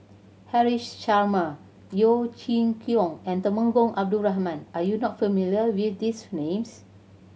Haresh Sharma Yeo Chee Kiong and Temenggong Abdul Rahman are you not familiar with these names